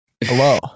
Hello